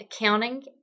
accounting